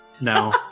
no